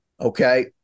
Okay